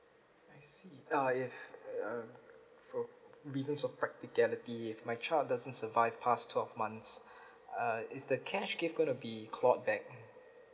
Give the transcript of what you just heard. I see uh if uh for reasons of practicality if my child doesn't survive past twelve months err is the cash gift gonna be called back